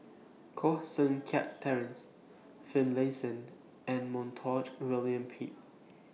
Koh Seng Kiat Terence Finlaysond and Montague William Pett